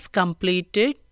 completed